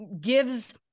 gives